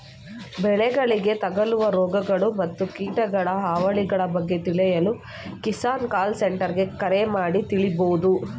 ಬೆಳೆಗಳಿಗೆ ತಗಲುವ ರೋಗಗಳು ಮತ್ತು ಕೀಟಗಳ ಹಾವಳಿಗಳ ಬಗ್ಗೆ ತಿಳಿಯಲು ಕಿಸಾನ್ ಕಾಲ್ ಸೆಂಟರ್ಗೆ ಕರೆ ಮಾಡಿ ತಿಳಿಬೋದು